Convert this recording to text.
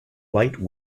white